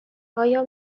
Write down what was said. آیا